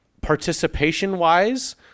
participation-wise